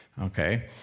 okay